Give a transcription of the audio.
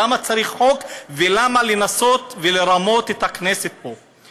למה צריך חוק ולמה לנסות לרמות את הכנסת פה?